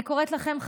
אני קוראת לכם,